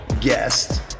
guest